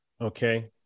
okay